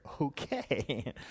okay